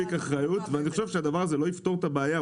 אחריות ואני חושב שהדבר הזה לא יפתור את הבעיה,